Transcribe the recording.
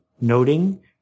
noting